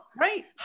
Right